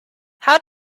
how